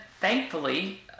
thankfully